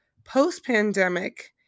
Post-pandemic